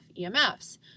EMFs